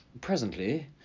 Presently